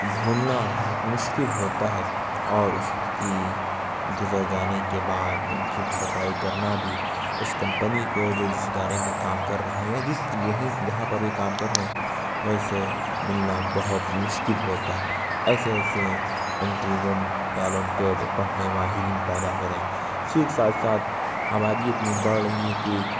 بھولنا بہت مشکل ہوتا ہے اور اس کی گزر جانے کے بعد ان کی بھرپائی کرنا بھی اس کمپنی کو جو جس ادارے میں کام رہے ہو یا جس یہیں جہاں پر یہ کام رہے ویسے ملنا بہت مشکل ہوتا ہے ایسے ایسے انٹیلجنٹ ٹیلنٹد پڑھنے ماہرین پیدا ہو رہے ہیں اسی کے ساتھ ساتھ آبادی اتنی بڑھ رہی ہے کہ